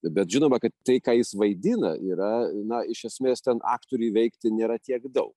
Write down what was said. bet žinoma kad tai ką jis vaidina yra na iš esmės ten aktoriui veikti nėra tiek daug